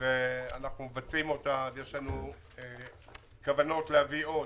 שאותה אנחנו מבצעים, ויש לנו כוונות להביא עוד.